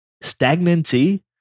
Stagnancy